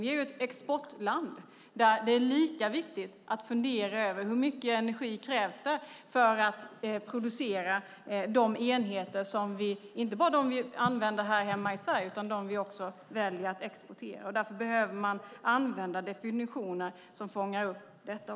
Vi är ju ett exportland där det är viktigt att fundera över hur mycket energi det krävs för att producera inte bara de enheter som vi använder här hemma i Sverige utan också de vi väljer att exportera. Därför behöver man använda definitioner som fångar upp detta.